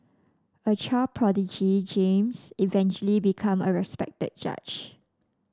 a child prodigy James eventually become a respected judge